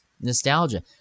nostalgia